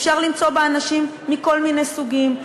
אפשר למצוא בה אנשים מכל מיני סוגים,